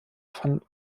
von